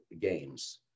games